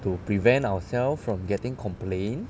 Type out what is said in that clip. to prevent ourself from getting complained